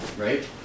Right